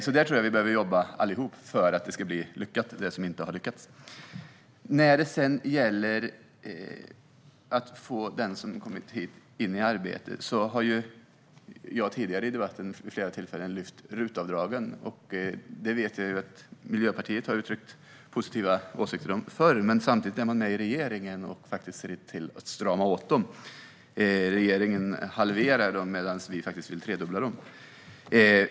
Där tror jag att vi behöver jobba allihop för att det som inte har lyckats ska bli lyckat. När det sedan gäller att få den som kommit hit i arbete har jag tidigare i debatten vid flera tillfällen lyft fram RUT-avdraget, som jag vet att Miljöpartiet har uttryckt positiva åsikter om förr. Men samtidigt är man med i regeringen och ser till att strama åt det. Regeringen halverar det medan vi vill tredubbla det.